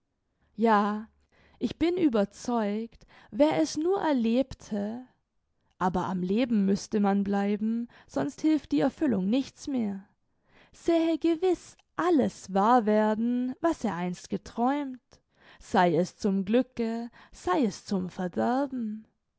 ja ich bin überzeugt wer es nur erlebte aber am leben müßte man bleiben sonst hilft die erfüllung nichts mehr sähe gewiß alles wahr werden was er einst geträumt sei es zum glücke sei es zum verderben